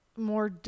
more